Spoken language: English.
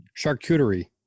Charcuterie